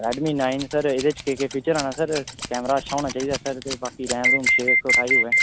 Redmi nine sir एह्दे च केह् केह् फीचर औने सर कैमरा अच्छा होना चाहिदा सर ते बाकी रैम रूह्म छे इक सौ ठाई होऐ